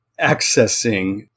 accessing